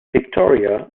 victoria